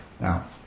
Now